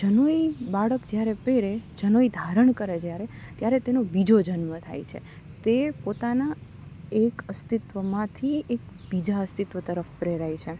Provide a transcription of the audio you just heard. જનોઈ બાળક જ્યારે પહેરે જનોઈ ધારણ કરે જ્યારે ત્યારે તેનો બીજો જન્મ થાય છે તે પોતાના એક અસ્તિત્ત્વમાંથી એક બીજા અસ્તિત્ત્વ તરફ પ્રેરાય છે